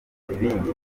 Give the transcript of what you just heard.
ibindi